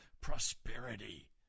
prosperity